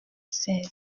seize